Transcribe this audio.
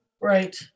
Right